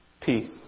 peace